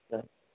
चाल